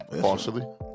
Partially